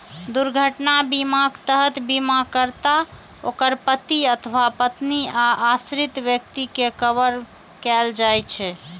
दुर्घटना बीमाक तहत बीमाकर्ता, ओकर पति अथवा पत्नी आ आश्रित व्यक्ति कें कवर कैल जाइ छै